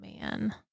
man